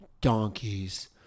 donkeys